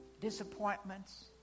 Disappointments